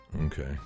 Okay